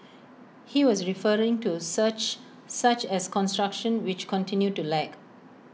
he was referring to such such as construction which continued to lag